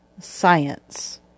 science